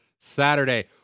Saturday